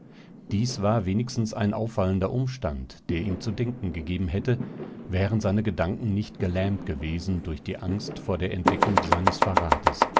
dies war wenigstens ein auffallender umstand der ihm zu denken gegeben hätte wären seine gedanken nicht gelähmt gewesen durch die angst vor der entdeckung seines verrates